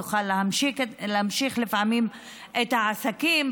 יוכל להמשיך לפעמים את העסקים.